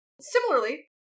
Similarly